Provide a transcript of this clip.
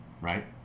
right